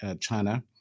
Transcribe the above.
China